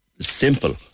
simple